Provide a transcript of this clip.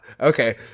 okay